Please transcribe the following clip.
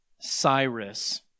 Cyrus